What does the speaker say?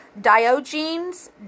Diogenes